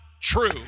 true